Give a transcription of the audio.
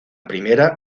primera